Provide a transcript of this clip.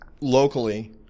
locally